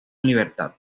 libertad